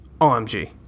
omg